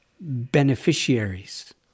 beneficiaries